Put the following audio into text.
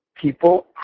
People